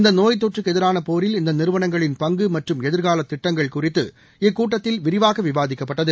இந்த நோய் தொற்றுக்கு எதிரான போரில் இந்த நிறுவனங்களின் பங்கு மற்றும் எதிர்கால திட்டங்கள் குறித்து இக்கூட்டத்தில் விரிவாக விவாதிக்கப்பட்டது